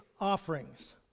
offerings